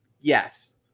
yes